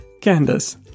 Candace